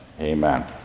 amen